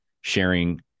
sharing